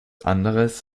anderes